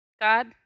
God